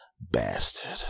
bastard